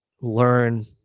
learn